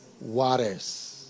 Waters